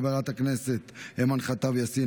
חברת הכנסת אימאן ח'טיב יאסין,